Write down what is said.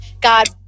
God